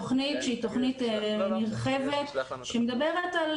תוכנית שהיא תוכנית נרחבת שמדברת על